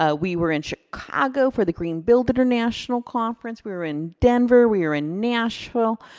ah we were in chicago for the green build international conference, we were in denver, we were in nashville.